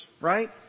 Right